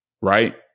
Right